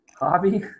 hobby